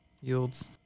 yields